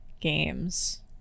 games